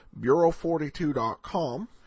Bureau42.com